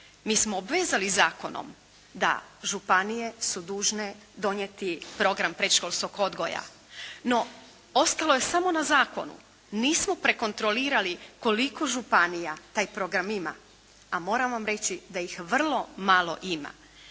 mi smo obvezali zakonom da županije su dužne donijeti program predškolskog odgoja, no ostalo je samo na zakonu. Nismo prekontrolirali koliko županija taj program ima, a moram vam reći da ih vrlo malo ima.